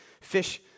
fish